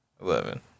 Eleven